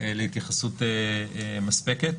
- להתייחסות מספקת.